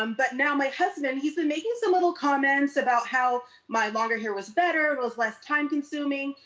um but now my husband, he's been making some little comments about how my longer hair was better, was less time consuming.